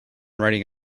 riding